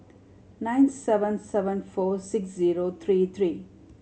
nine seven seven four six zero three three